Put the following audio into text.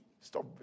stop